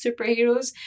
superheroes